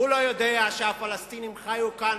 הוא לא יודע שהפלסטינים חיו כאן,